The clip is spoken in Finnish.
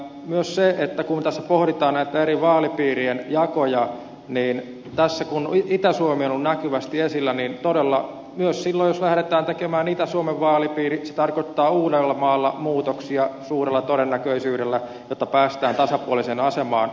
myös kun tässä pohditaan näitä eri vaalipiirien jakoja niin kun itä suomi on ollut näkyvästi esillä niin todella myös silloin jos lähdetään tekemään itä suomen vaalipiiri se tarkoittaa uudellamaalla muutoksia suurella todennäköisyydellä jotta päästään tasapuoliseen asemaan